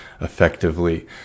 effectively